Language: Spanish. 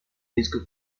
disco